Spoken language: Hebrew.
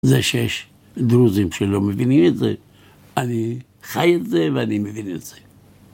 זה שיש דרוזים שלא מבינים את זה. אני חי את זה ואני מבין את זה.